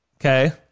okay